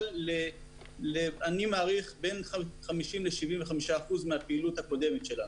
אני מעריך, לבין 50% ל-75% מהפעילות הקודמת שלנו.